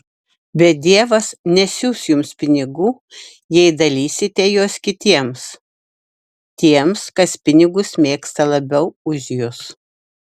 bet dievas nesiųs jums pinigų jei dalysite juos kitiems tiems kas pinigus mėgsta labiau už jus